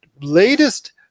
latest